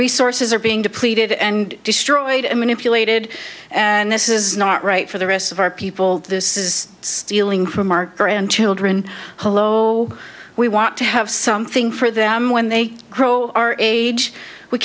resources are being depleted and destroyed and manipulated and this is not right for the rest of our people this is stealing from our grandchildren holo we want to have something for them when they grow our age we